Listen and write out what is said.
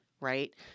right